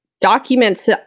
documents